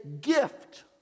gift